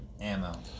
ammo